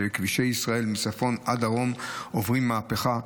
כבישי ישראל מצפון עד דרום עוברים מהפכה,